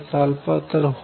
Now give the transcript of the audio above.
2h